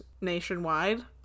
nationwide